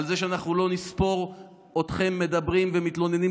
על זה שאנחנו לא נספור אתכם מדברים ומתלוננים,